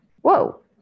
whoa